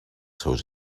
seus